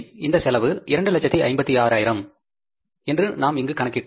இந்த செலவு 256000 என்று நாம் இங்கு கணக்கிட்டுள்ளோம்